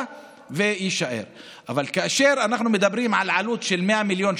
יותר מזה, הוא אמר: כשנגיע לבית